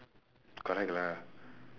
correct lah